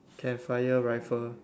can fire rifle